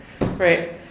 right